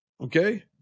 Okay